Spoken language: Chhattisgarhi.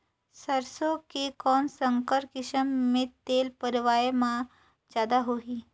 सरसो के कौन संकर किसम मे तेल पेरावाय म जादा होही?